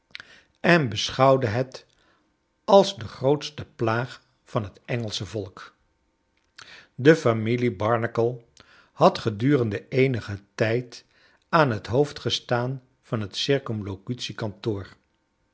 en beschouwde het als de grootste plaag van het engelsche volk de familie barnacle had gedurende eenigen tijd aan het hoofd gestaan van het